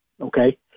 Okay